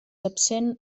absent